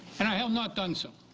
and i have not done so.